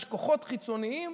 יש כוחות חיצוניים